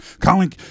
Colin